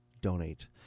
Donate